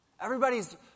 Everybody's